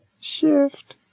Shift